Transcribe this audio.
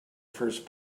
first